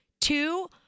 Two